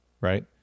right